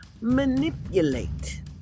manipulate